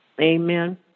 Amen